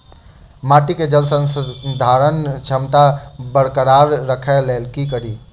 माटि केँ जलसंधारण क्षमता बरकरार राखै लेल की कड़ी?